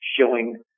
showing